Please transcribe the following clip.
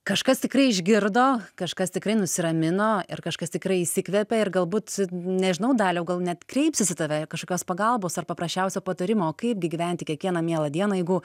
kažkas tikrai išgirdo kažkas tikrai nusiramino ir kažkas tikrai įsikvepia ir galbūt nežinau daliau gal net kreipsis į tave kažkokios pagalbos ar paprasčiausio patarimo kaip gi gyventi kiekvieną mielą dieną jeigu